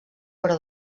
però